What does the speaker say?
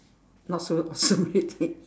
not so awesome already